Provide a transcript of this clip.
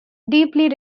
deeply